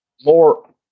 more